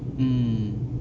mm